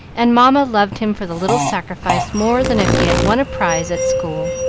and mamma loved him for the little sacrifice more than if he had won a prize at school.